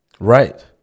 Right